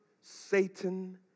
Satan